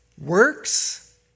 Works